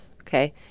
okay